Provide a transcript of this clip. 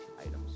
items